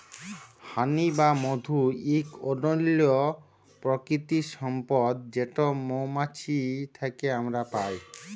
হানি বা মধু ইক অনল্য পারকিতিক সম্পদ যেট মোমাছি থ্যাকে আমরা পায়